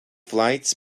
flights